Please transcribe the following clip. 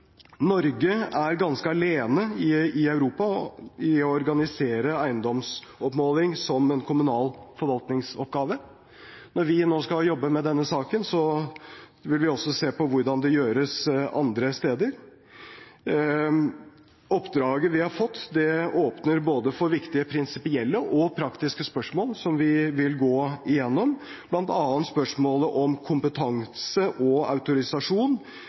Norge er ganske alene i Europa om å organisere eiendomsoppmåling som en kommunal forvaltningsoppgave. Når vi nå skal jobbe med denne saken, vil vi også se på hvordan det gjøres andre steder. Oppdraget vi har fått, åpner for viktige prinsipielle og praktiske spørsmål som vi vil gå gjennom, bl.a. spørsmålet om kompetanse og autorisasjon,